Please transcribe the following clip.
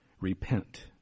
Repent